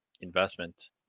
investment